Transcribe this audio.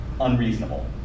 unreasonable